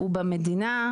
הוא במדינה,